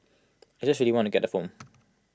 I just really want to get the phone